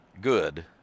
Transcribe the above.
good